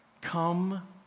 come